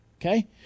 Okay